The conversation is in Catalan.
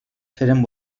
feren